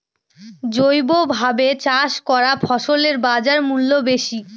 জৈবভাবে চাষ করা ফসলের বাজারমূল্য বেশি